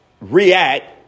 react